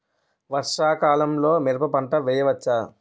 వర్షాకాలంలో మిరప పంట వేయవచ్చా?